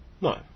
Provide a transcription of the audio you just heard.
no